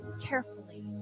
carefully